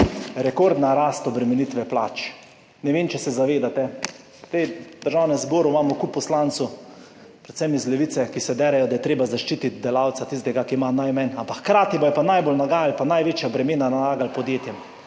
takšna tema. Ne vem, če se zavedate, v Državnem zboru imamo kup poslancev, predvsem iz Levice, ki se derejo, da je treba zaščititi delavca, tistega ki ima najmanj, ampak hkrati bodo pa najbolj nagajali in največja bremena nalagali podjetjem.